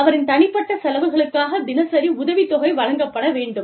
அவரின் தனிப்பட்ட செலவுகளுக்காகத் தினசரி உதவித்தொகை வழங்கப்பட வேண்டும்